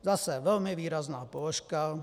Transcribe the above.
Zase velmi výrazná položka.